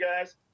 guys